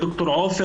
מהדוברות?